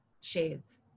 shades